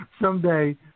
Someday